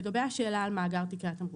לגבי השאלה על מאגר תיקי התמרוק,